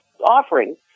offerings